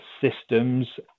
systems